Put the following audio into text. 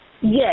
Yes